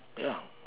ya